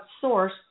source